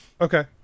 Okay